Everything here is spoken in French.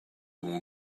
vont